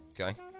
Okay